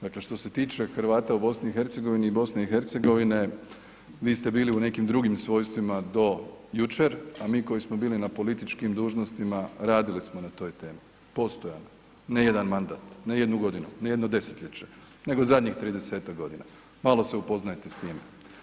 Dakle, što se tiče Hrvata u BiH, vi ste bili u nekim drugim svojstvima do jučer, a mi koji smo bili na političkim dužnostima radili smo na toj temi postojano, ne jedan mandat, ne jednu godinu, ne jedno desetljeće, nego zadnjih 30-tak godina, malo se upoznajte s time.